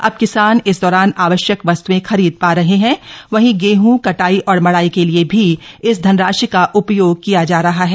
अब किसान इस दौरान आवश्यक वस्त्रं खरीद पा रहे हैं वहीं गेहूं कटाई और मड़ाई के लिए भी इस धनराशि का उपयोग किया जा रहा है